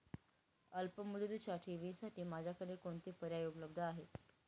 अल्पमुदतीच्या ठेवींसाठी माझ्याकडे कोणते पर्याय उपलब्ध आहेत?